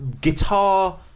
guitar